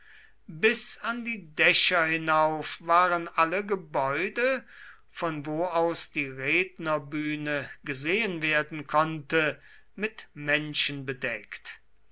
bis an die dächer hinauf waren alle gebäude von wo aus die rednerbühne gesehen werden konnte mit menschen bedeckt